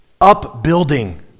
Upbuilding